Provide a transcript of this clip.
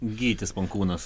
gytis pankūnas